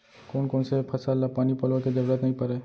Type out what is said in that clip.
कोन कोन से फसल ला पानी पलोय के जरूरत नई परय?